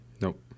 Nope